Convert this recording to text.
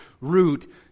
root